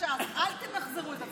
אל תמחזרו את עצמכם.